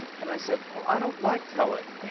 and i said, well, i don't like telling.